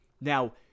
Now